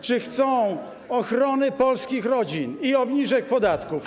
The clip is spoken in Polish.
czy chcą ochrony polskich rodzin i obniżek podatków.